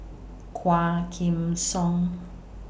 Quah Kim Song